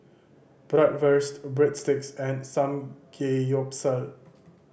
Bratwurst Breadsticks and Samgeyopsal